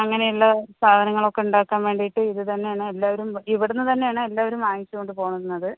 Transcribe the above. അങ്ങനെയൊള്ള സാധനങ്ങളൊക്കെ ഉണ്ടാക്കാൻ വേണ്ടീട്ട് ഇത് തന്നെയാണ് എല്ലാരും ഇവിടുന്ന് തന്നെയാണ് എല്ലാവരും വാങ്ങിച്ചോണ്ട് പോകുന്നത്